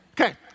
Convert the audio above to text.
Okay